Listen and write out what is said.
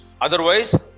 Otherwise